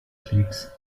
athletes